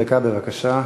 דקה, בבקשה.